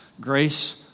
Grace